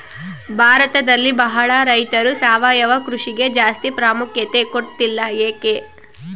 ಭಾರತದಲ್ಲಿ ಬಹಳ ರೈತರು ಸಾವಯವ ಕೃಷಿಗೆ ಜಾಸ್ತಿ ಪ್ರಾಮುಖ್ಯತೆ ಕೊಡ್ತಿಲ್ಲ ಯಾಕೆ?